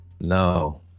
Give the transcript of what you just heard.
No